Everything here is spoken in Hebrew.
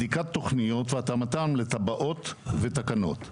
בדיקת תוכניות והתאמתן לתב"עות ותקנות.